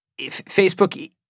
Facebook